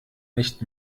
nicht